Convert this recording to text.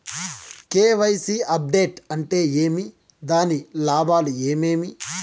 KYC update అంటే ఏమి? దాని లాభాలు ఏమేమి?